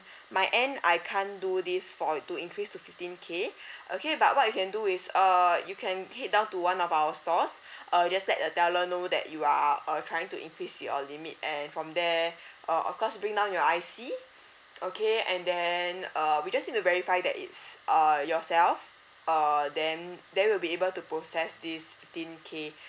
my end I can't do this for to increase to fifteen K okay but what you can do is uh you can head down to one of our stores uh just let a teller know that you are uh trying to increase your limit and from there uh of course bring down your I_C okay and then uh we just need you to verify that it's err yourself err then they will be able to process this fifteen K